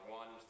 one